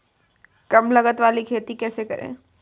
कम लागत वाली खेती कैसे करें?